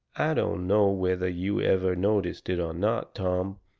i don't know whether you ever noticed it or not, tom,